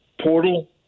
portal